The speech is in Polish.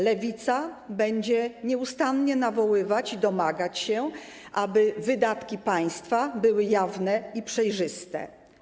Lewica będzie nieustannie nawoływać i domagać się, aby wydatki państwa były jawne i przejrzyste.